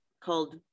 called